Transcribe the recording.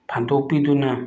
ꯐꯥꯟꯗꯣꯛꯄꯤꯗꯨꯅ